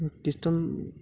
christian